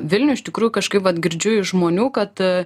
vilniuj iš tikrųjų kažkaip vat girdžiu iš žmonių kad